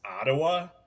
Ottawa